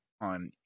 on